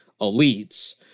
elites